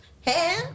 Hey